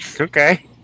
Okay